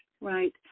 Right